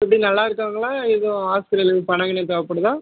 எப்படி நல்லாருக்காங்களா எதுவும் ஹாஸ்பிட்டலுக்கு பணம் கிணம் தேவைப்படுதா